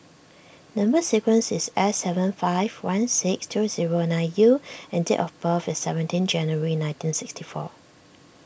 Number Sequence is S seven five one six two zero nine U and date of birth is seventeen January nineteen sixty four